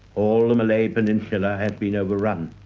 all the malay peninsula has been over-run.